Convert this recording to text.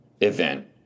event